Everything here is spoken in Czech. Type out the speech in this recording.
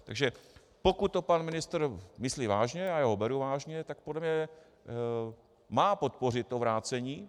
Takže pokud to pan ministr myslí vážně, a já ho beru vážně, tak podle mě má podpořit to vrácení.